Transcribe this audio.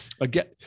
again